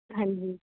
ਹਾਂਜੀ